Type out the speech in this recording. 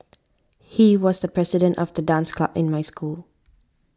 he was the president of the dance club in my school